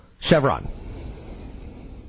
Chevron